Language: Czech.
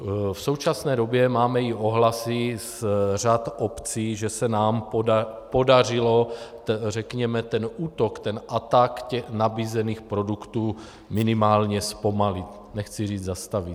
V současné době máme i ohlasy z řad obcí, že se nám podařilo, řekněme, ten útok, ten atak nabízených produktů minimálně zpomalit, nechci říci zastavit.